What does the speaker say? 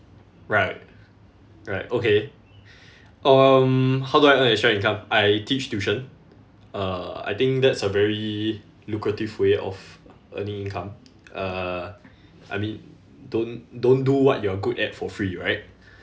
right right okay um how do I earn extra income I teach tuition uh I think that's a very lucrative way of earning income uh I mean don't don't do what you're good at for free right